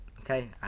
okay